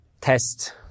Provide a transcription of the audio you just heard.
test